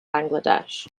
bangladesh